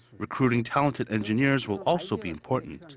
recruiting talented engineers will also be important.